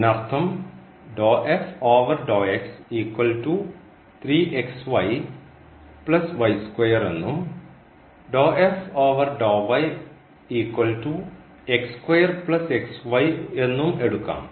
അതിനർത്ഥം എന്നും എന്നും എടുക്കാം